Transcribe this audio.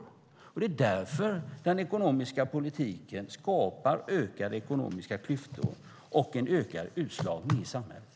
Det är därför den ekonomiska politiken skapar ökade ekonomiska klyftor och ökad utslagning i samhället.